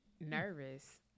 nervous